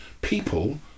people